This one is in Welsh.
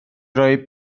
roi